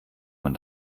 man